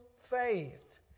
faith